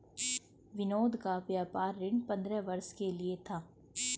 विनोद का व्यापार ऋण पंद्रह वर्ष के लिए था